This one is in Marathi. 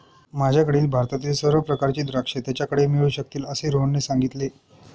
माझ्याकडील भारतातील सर्व प्रकारची द्राक्षे त्याच्याकडे मिळू शकतील असे रोहनने सांगितले